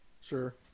sure